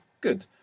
Good